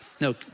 No